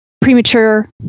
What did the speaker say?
premature